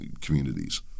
communities